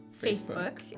Facebook